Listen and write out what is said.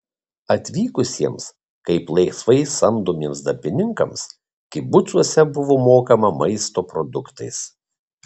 atvykusiems kaip laisvai samdomiems darbininkams kibucuose buvo mokama maisto produktais